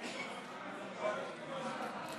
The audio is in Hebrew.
(תיקון מס' 3),